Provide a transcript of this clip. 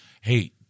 hey